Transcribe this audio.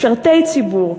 משרתי ציבור,